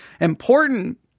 important